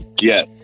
Yes